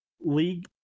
League